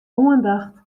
oandacht